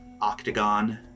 octagon